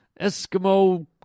Eskimo